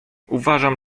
uważam